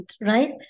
right